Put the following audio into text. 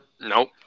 Nope